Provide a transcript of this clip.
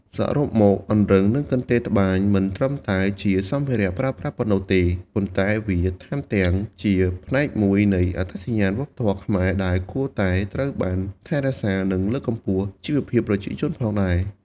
សរុបមក អង្រឹងនិងកន្ទេលត្បាញមិនត្រឹមតែជាសម្ភារៈប្រើប្រាស់ប៉ុណ្ណោះទេ ប៉ុន្តែវាថែមទាំងជាផ្នែកមួយនៃអត្តសញ្ញាណវប្បធម៌ខ្មែរដែលគួរតែត្រូវបានថែរក្សា និងលើកកម្ពស់ជីវភាពប្រជាជនផងដែរ។